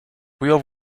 früher